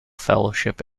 fellowship